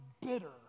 bitter